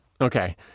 Okay